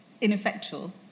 ineffectual